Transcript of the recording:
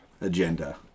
agenda